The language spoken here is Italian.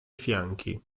fianchi